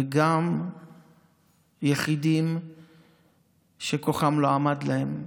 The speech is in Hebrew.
וגם יחידים שכוחם לא עמד להם.